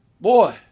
Boy